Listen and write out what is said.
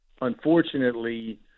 unfortunately